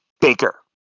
Baker